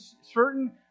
certain